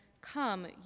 Come